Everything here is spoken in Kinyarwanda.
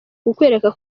kukwereka